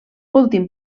últim